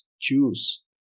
choose